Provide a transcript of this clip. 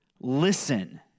Listen